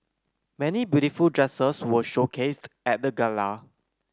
many beautiful dresses were showcased at the gala